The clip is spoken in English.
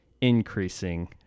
increasing